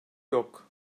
yok